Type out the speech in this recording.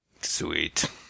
sweet